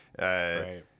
Right